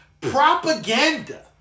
propaganda